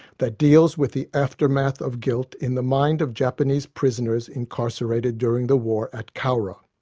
that deals with the aftermath of guilt in the mind of japanese prisoners incarcerated during the war at cowra.